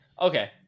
Okay